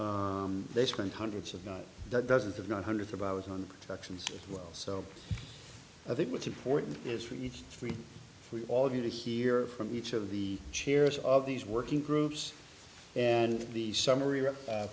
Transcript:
correct they spend hundreds of not dozens if not hundreds of hours on sections as well so i think what's important is for each free we all get to hear from each of the chairs of these working groups and the summary